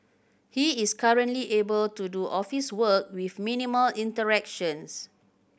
he is currently able to do office work with minimal interactions